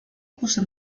puso